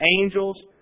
angels